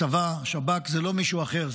הצבא והשב"כ זה לא מישהו אחר,